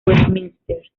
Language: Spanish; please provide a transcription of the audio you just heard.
westminster